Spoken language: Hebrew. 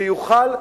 שיוכל,